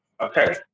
Okay